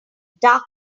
dark